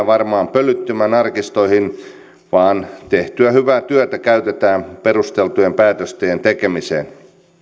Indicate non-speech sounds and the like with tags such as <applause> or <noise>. <unintelligible> varmaan jää pölyttymään arkistoihin vaan tehtyä hyvää työtä käytetään perusteltujen päätösten tekemiseen